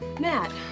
Matt